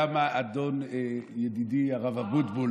למה ידידי הרב אבוטבול